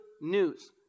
news